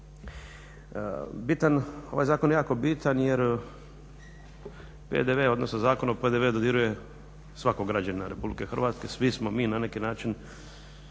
Ovaj zakon je jako bitan jer PDV, odnosno Zakon o PDV-u dodiruje svakog građanina Republike Hrvatske, svi mi na neki način